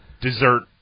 dessert